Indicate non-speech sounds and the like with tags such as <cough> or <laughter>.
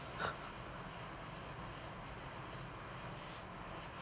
<breath>